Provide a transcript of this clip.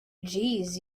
jeez